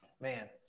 Man